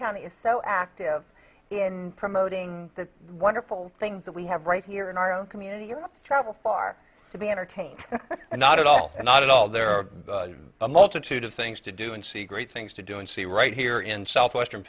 county is so active in promoting the wonderful things that we have right here in our own community your travel far to be entertained and not at all and not at all there are a multitude of things to do and see great things to do and see right here in southwestern